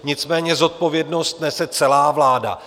Nicméně zodpovědnost nese celá vláda.